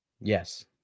Yes